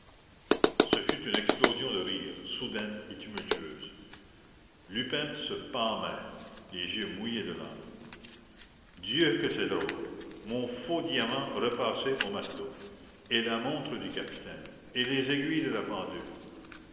ce fut une explosion de rire soudaine et tumultueuse lupin se pâmait les yeux mouillés de larmes dieu que c'est drôle mon faux diamant repassé au matelot et la montre du capitaine et les aiguilles de la pendule